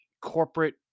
corporate